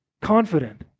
confident